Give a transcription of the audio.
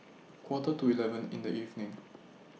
Quarter to eleven in The evening